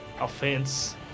offense